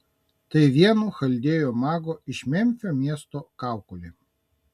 tai vieno chaldėjų mago iš memfio miesto kaukolė